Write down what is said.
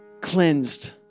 cleansed